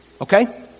Okay